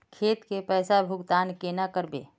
खेत के पैसा भुगतान केना करबे?